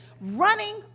running